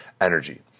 energy